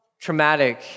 traumatic